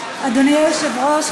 אדוני היושב-ראש,